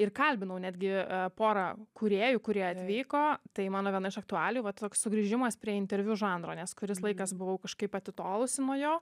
ir kalbinau netgi pora kūrėjų kurie atvyko tai mano viena iš aktualijų toks sugrįžimas prie interviu žanro nes kuris laikas buvau kažkaip atitolusi nuo jo